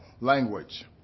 language